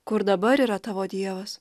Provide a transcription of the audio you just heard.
kur dabar yra tavo dievas